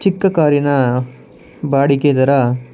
ಚಿಕ್ಕ ಕಾರಿನ ಬಾಡಿಗೆ ದರ